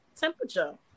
temperature